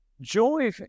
joy